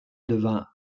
devint